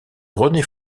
rené